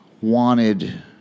wanted